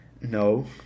no